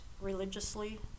religiously